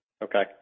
Okay